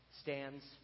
stands